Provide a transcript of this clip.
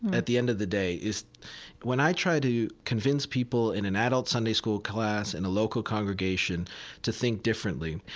at the end of the day, is when i try to convince people in an adult sunday school class in a local congregation to think differently,